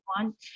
want